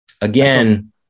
Again